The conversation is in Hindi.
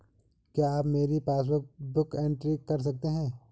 क्या आप मेरी पासबुक बुक एंट्री कर सकते हैं?